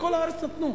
בכל הארץ נתנו,